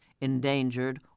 endangered